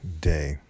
day